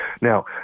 Now